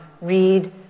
Read